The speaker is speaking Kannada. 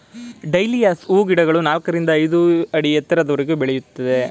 ಡಹ್ಲಿಯಾಸ್ ಹೂಗಿಡಗಳು ನಾಲ್ಕರಿಂದ ಐದು ಅಡಿ ಎತ್ತರದವರೆಗೂ ಬೆಳೆಯುತ್ತವೆ